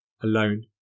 alone